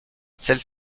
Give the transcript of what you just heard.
celle